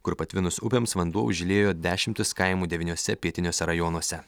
kur patvinus upėms vanduo užliejo dešimtis kaimų devyniuose pietiniuose rajonuose